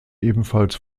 ebenfalls